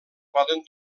poden